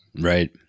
Right